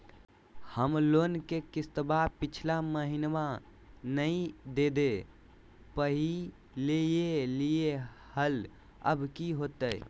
हम लोन के किस्तवा पिछला महिनवा नई दे दे पई लिए लिए हल, अब की होतई?